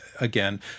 again